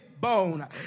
bone